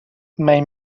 mai